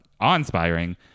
awe-inspiring